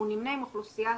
והוא נמנה עם אוכלוסייה